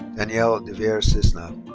danielle devere cissna.